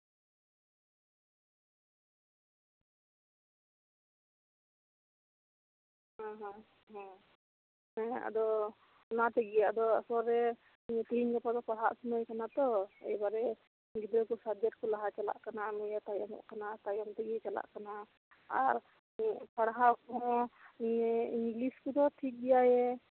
ᱦᱮᱸ ᱦᱮᱸ ᱦᱮᱸ ᱟᱫᱚ ᱚᱱᱟ ᱛᱮᱜᱮ ᱟᱥᱚᱞ ᱨᱮ ᱛᱮᱦᱮᱧ ᱜᱟᱯᱟ ᱫᱚ ᱯᱟᱲᱦᱟᱜ ᱥᱚᱢᱚᱭ ᱠᱟᱱᱟ ᱛᱚ ᱮᱵᱟᱨᱮ ᱜᱤᱫᱽᱨᱟᱹ ᱠᱚ ᱥᱟᱵᱡᱮᱠᱴ ᱠᱚ ᱞᱟᱦᱟ ᱪᱟᱞᱟᱜ ᱠᱟᱱᱟ ᱱᱩᱭᱮ ᱛᱟᱭᱚᱢᱚᱜ ᱠᱟᱱᱟ ᱛᱟᱭᱚᱢ ᱛᱮᱜᱮᱭ ᱪᱟᱞᱟᱜ ᱠᱟᱱᱟ ᱯᱟᱲᱦᱟᱣ ᱠᱚᱦᱚᱸ ᱤᱝᱞᱤᱥ ᱠᱚᱫᱚᱭ ᱴᱷᱤᱠ ᱜᱮᱭᱟᱭᱮ